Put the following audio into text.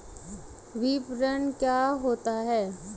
विपणन क्या होता है?